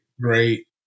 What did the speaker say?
great